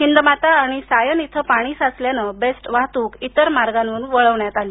हिंदमाता आणि सायन येथे पाणी साचल्याने बेस्ट वाहतूक इतर मार्गावरून वळवण्यात आली